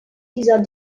dieser